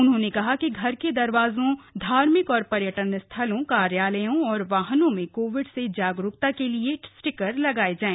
उन्होंने कहा कि घर के दरवाजों धार्मिक और पर्यटन स्थलों कार्यालयों और वाहनों में कोविड से जागरूकता के लिए स्टिकर लगाये जाय